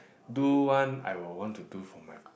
do one I will want to do for my